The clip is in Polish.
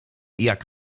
jak